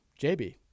JB